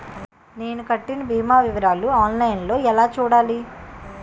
నేను కట్టిన భీమా వివరాలు ఆన్ లైన్ లో ఎలా చూడాలి?